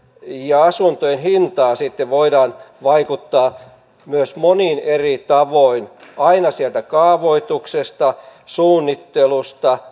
ja asuntojen hintaan sitten voidaan vaikuttaa myös monin eri tavoin aina sieltä kaavoituksesta suunnittelusta